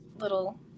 little